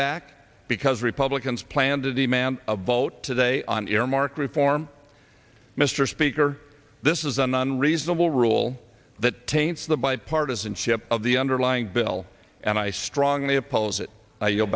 back because republicans plan to the ma'am a vote today on earmark reform mr speaker this is an unreasonable rule that taints the bipartisanship of the underlying bill and i strongly oppose it you